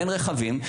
ואין רכבים,